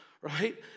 right